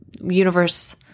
universe